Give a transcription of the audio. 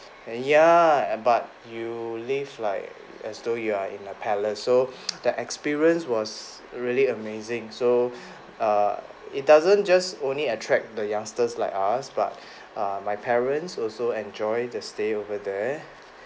and ya but you live like as though you are in a palace so that experience was really amazing so err it doesn't just only attract the youngsters like us but err my parents also enjoy their stay over there